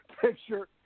picture